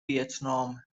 ویتنام